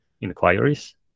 inquiries